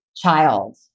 Child